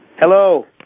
Hello